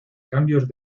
cambios